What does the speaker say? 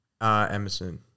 Emerson